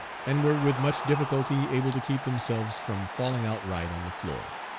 and were with much difficulty able to keep themselves from falling outright on the floor.